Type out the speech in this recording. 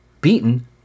Beaten